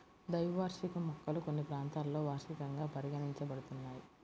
ద్వైవార్షిక మొక్కలు కొన్ని ప్రాంతాలలో వార్షికంగా పరిగణించబడుతున్నాయి